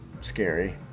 scary